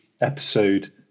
episode